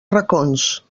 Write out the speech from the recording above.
racons